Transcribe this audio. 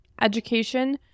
education